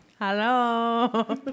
Hello